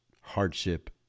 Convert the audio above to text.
hardship